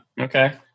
Okay